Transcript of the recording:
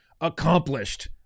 accomplished